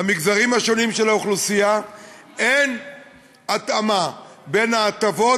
למגזרים השונים של האוכלוסייה אין התאמה בין ההטבות